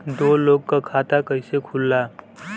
दो लोगक खाता कइसे खुल्ला?